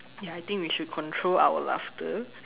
ya I think we should control our laughter